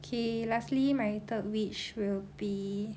okay lastly my third wish will be